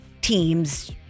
team's